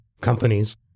companies